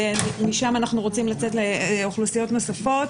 משם אנחנו רוצים לצאת לאוכלוסיות נוספות.